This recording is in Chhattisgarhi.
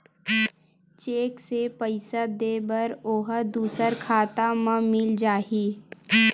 चेक से पईसा दे बर ओहा दुसर खाता म मिल जाही?